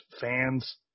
fans